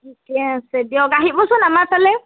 ঠিকে আছে দিয়ক আহিবচোন আমাৰ ফালে